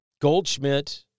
Goldschmidt